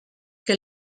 que